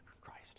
Christ